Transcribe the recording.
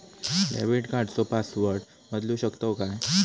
Debit कार्डचो password बदलु शकतव काय?